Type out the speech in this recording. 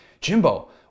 Jimbo